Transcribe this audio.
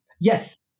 Yes